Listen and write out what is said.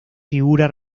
figura